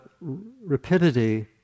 rapidity